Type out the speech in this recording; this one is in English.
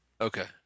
Okay